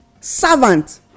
servant